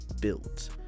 built